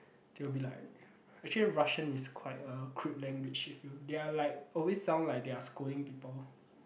they will be like actually Russian is quite a crude language if you they are like always sound like they are scolding people